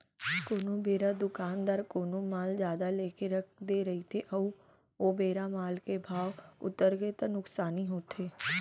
कोनो बेरा दुकानदार कोनो माल जादा लेके रख दे रहिथे ओ बेरा माल के भाव उतरगे ता नुकसानी होथे